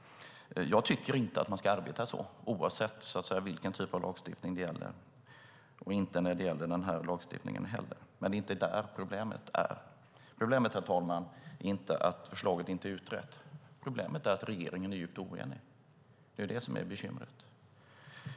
Jag tycker inte att man ska arbeta så, oavsett vilken typ av lagstiftning som det handlar om. Det gäller också den här lagstiftningen. Men det är inte där som problemet ligger. Problemet är inte att förslaget inte är utrett. Problemet är att regeringen är djupt oenig. Det är det som är bekymret.